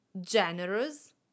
generous